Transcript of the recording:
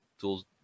tools